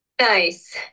Nice